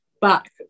back